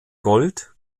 gold